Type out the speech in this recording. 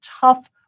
tough